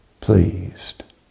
pleased